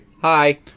Hi